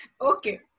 Okay